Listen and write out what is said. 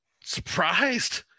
surprised